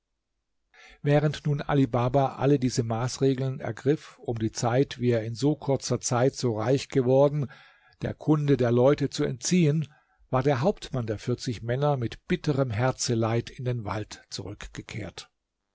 während nun ali baba alle diese maßregeln ergriff um die art wie er in so kurzer zeit so reich geworden der kunde der leute zu entziehen war der hauptmann der vierzig männer mit bitterem herzeleid in den wald zurückgekehrt